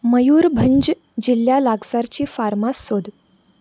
मयूरभंज जिल्ल्या लागसारची फार्मास सोद